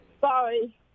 Sorry